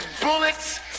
bullets